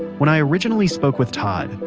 when i originally spoke with todd,